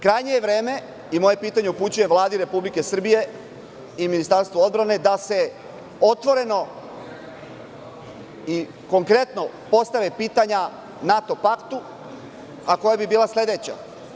Krajnje je vreme i moje pitanje upućujem Vladi Republike Srbije i Ministarstvu odbrane, da se otvoreno i konkretno postave pitanja NATO paktu, a koja bi bila sledeća.